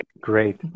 great